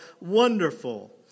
Wonderful